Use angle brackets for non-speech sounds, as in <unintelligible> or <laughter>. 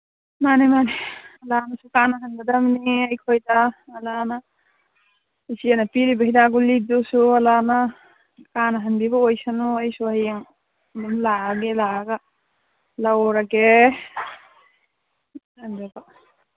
ꯃꯥꯅꯦ ꯃꯥꯅꯦ <unintelligible> ꯀꯥꯅꯍꯟꯒꯗꯝꯅꯤ ꯑꯩꯈꯣꯏꯗ ꯀꯅꯥꯅ ꯏꯆꯦꯅ ꯄꯤꯔꯤꯕ ꯍꯤꯗꯥꯛ ꯒꯨꯂꯤꯗꯨꯁꯨ ꯑꯂꯥꯍꯅ ꯀꯥꯅꯍꯟꯕꯤꯕ ꯑꯣꯏꯁꯅꯨ ꯑꯩꯁꯨ ꯍꯌꯦꯡ ꯑꯗꯨꯝ ꯂꯥꯛꯑꯒꯦ ꯂꯥꯛꯑꯒ ꯂꯧꯔꯒꯦ <unintelligible>